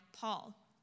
Paul